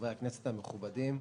חברי הכנסת המכובדים.